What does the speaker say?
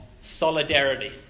solidarity